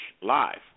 live